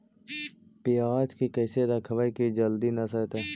पयाज के कैसे रखबै कि जल्दी न सड़तै?